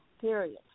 period